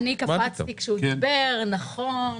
אני קפצתי כשהוא דיבר, נכון.